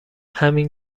همین